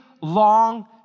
long